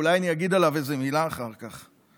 ואולי אני אגיד עליו איזו מילה אחר כך,